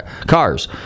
cars